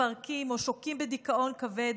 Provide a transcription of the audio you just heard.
מתפרקים או שוקעים בדיכאון כבד.